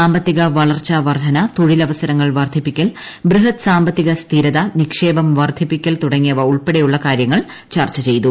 സാമ്പത്തിക വളർച്ച വർദ്ധന തൊഴി ലവസരങ്ങൾ വർദ്ധിപ്പിക്കൽ ബൃഹത് സാമ്പത്തിക സ്ഥിരത നിക്ഷേപം വർദ്ധിപ്പിക്കൽ തുടങ്ങിയവ ഉൾപ്പെടെയുള്ള കാര്യങ്ങൾ ചർച്ച ചെയ്തു